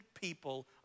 people